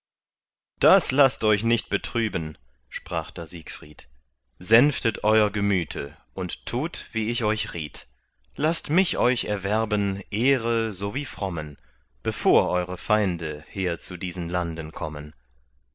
das laßt euch nicht betrüben sprach da siegfried sänftet eur gemüte und tut wie ich euch riet laßt mich euch erwerben ehre so wie frommen bevor eure feinde her zu diesen landen kommen